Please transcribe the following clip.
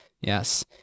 Yes